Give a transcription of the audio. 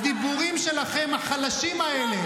הדיבורים החלשים שלכם האלה.